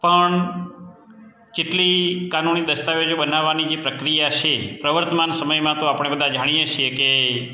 પણ જેટલી કાનૂની દસ્તાવેજો બનાવાની જે પ્રક્રિયા છે પ્રવર્તમાન સમયમાં તો આપણે બધા જાણીએ છીએ કે